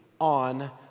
on